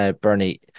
Bernie